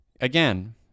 again